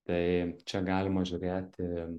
tai čia galima žiūrėti